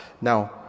now